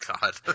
god